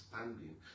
understanding